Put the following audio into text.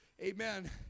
amen